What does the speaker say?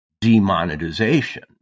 demonetization